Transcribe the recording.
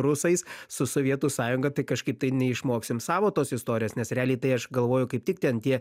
rusais su sovietų sąjunga tai kažkaip tai neišmoksim savo tos istorijos nes realiai tai aš galvoju kaip tik ten tie